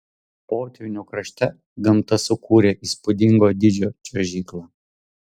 potvynių krašte gamta sukūrė įspūdingo dydžio čiuožyklą